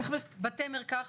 בתי מרקחת?